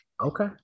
Okay